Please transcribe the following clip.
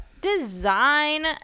design